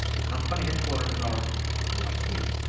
the company headquarters are right here.